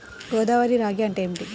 గోదావరి రాగి అంటే ఏమిటి?